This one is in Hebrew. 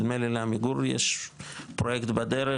מילא לעמיגור יש פרויקט בדרך,